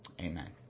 Amen